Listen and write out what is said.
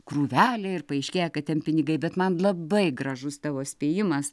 krūvelę ir paaiškėja kad ten pinigai bet man labai gražus tavo spėjimas